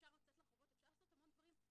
אפשר לצאת לרחובות, אפשר לעשות המון דברים.